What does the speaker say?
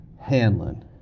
Hanlon